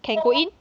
can go in